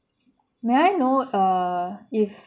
may I know uh if